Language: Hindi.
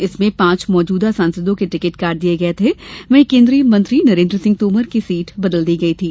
इसमें पांच मौजूदा सांसदों के टिकट काट दिए गए थे वहीं केंद्रीय मंत्री नरेंद्र सिंह तोमर की सीट बदल दी गई थी